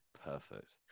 Perfect